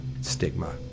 stigma